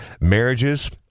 marriages